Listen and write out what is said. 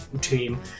team